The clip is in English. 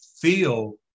feel